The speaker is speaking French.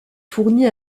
fournit